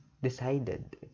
Decided